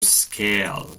scale